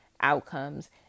outcomes